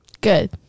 good